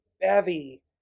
bevy